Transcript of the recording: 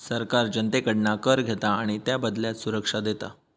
सरकार जनतेकडना कर घेता आणि त्याबदल्यात सुरक्षा देता